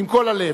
עם כל הלב,